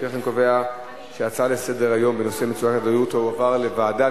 לפיכך אני קובע שהצעות לסדר היום בנושא מצוקת הדיור תועברנה לוועדה.